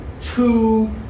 two